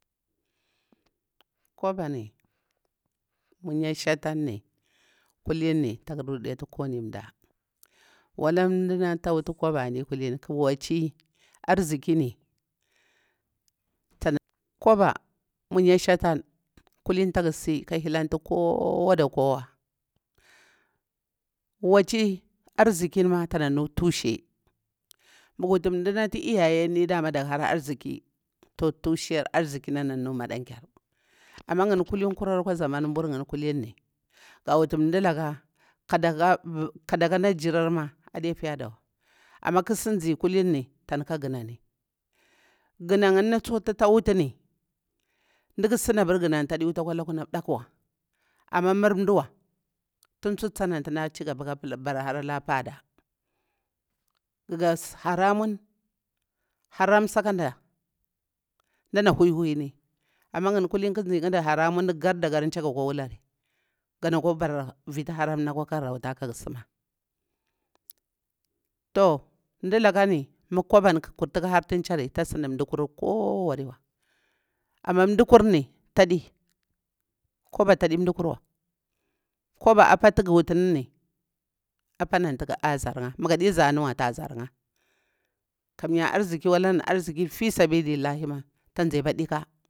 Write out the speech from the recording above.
Kubani nmunya shatani kulim taƙu ruɗeɗi kuwani nɗah, walah ndanata wutu kubani kulini wachi arzikini, kubah nmunya shatan kulini tak si ka hilanti kawa da kowa, wachi arzikin mah tana nu tushe magu wutu ndanati iyayi sdaƙu hara arziki toh tushir arziki nana nu madankar. Amah ngawi kulilurr akwa zamau ngani ga wuti nɗulaka kadaka na jirar mah aɗi afiya dawa amah ƙusi nzi kuluni tanka ganani. Gana ngani tita wutuni nɗikusida abar ganani tadi wuti akwa laku na ɓɗakuwa, amah mar nduwa. Tin tsutsini ɗah cigaba kah bara hala pada gusi hara mun, haram sakanckya ndah huwiwini. Amah ngani kulini ƙuzi haramun gardaga chaga akwa wulari gana kwa bara muni viti haramuni akwa laagu sima. Toh ndilakani mah kubani ƙa kurti harti achari tah sidi nɗukur kuwariwa amah nɗu kurni tadi kuba taɗi nɗukuwa kuba apah ti guwani ni apani ati a zarinkha, magadi zaniwata zarnkha kamiya aziki walaɗun arzika fisabi lillahe mah tenje faɗi bah.